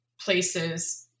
places